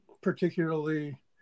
particularly